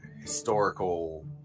historical